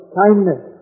kindness